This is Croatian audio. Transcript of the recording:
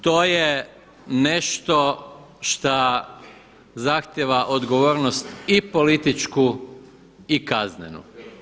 To je nešto šta zahtijeva odgovornost i političku i kaznenu.